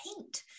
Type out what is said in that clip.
paint